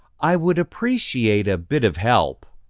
i would appreciate a bit of help.